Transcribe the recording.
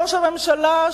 ראש הממשלה,